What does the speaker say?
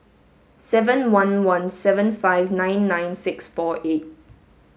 seven one one seven five nine nine six four eight